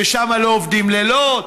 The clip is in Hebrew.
ששם לא עובדים לילות,